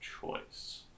choice